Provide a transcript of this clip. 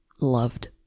loved